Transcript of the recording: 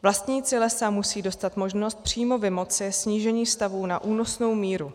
Vlastníci lesa musejí dostat možnost přímo vymoci snížení stavů na únosnou míru.